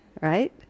right